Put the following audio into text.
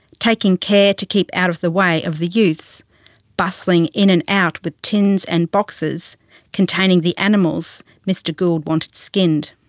taking care to keep out of the way of the youths bustling in and out with tins and boxes containing the animals mr gould wanted skinned.